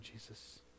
Jesus